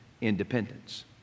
independence